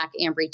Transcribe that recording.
Ambry